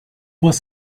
pas